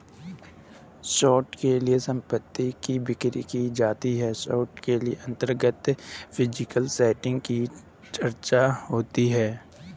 short के लिए संपत्ति की बिक्री की जाती है शॉर्ट के अंतर्गत फिजिकल सेटिंग की चर्चा होती है